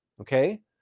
Okay